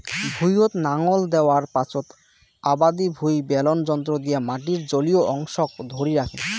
ভুঁইয়ত নাঙল দ্যাওয়ার পাচোত আবাদি ভুঁই বেলন যন্ত্র দিয়া মাটির জলীয় অংশক ধরি রাখে